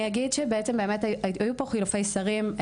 היו פה חילופי שרים.